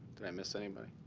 did i miss anybody?